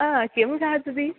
आ किं खादति